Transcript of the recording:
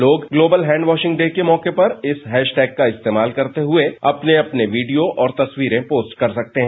लोग global hand washing day के मौके पर इस हैश टैग का इस्तेमाल करते हुए अपने अपने वीडियो और तस्वीरें पोस्ट कर सकते हैं